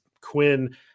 Quinn